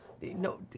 no